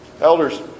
Elders